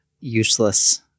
useless